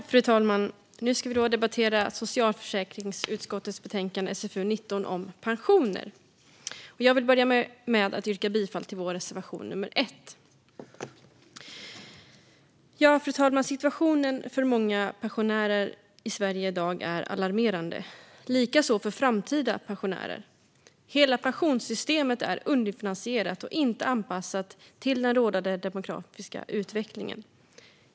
Fru talman! Nu ska vi debattera socialförsäkringsutskottets betänkande SfU19 om pensioner. Jag vill börja med att yrka bifall till vår reservation nr 1. Fru talman! Situationen för många pensionärer i Sverige i dag är alarmerande, likaså för framtida pensionärer. Hela pensionssystemet är underfinansierat och inte anpassat till den rådande demografiska utvecklingen.